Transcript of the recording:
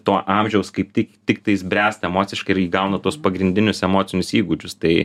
to amžiaus kaip tik tiktais bręsta emociškai ir įgauna tuos pagrindinius emocinius įgūdžius tai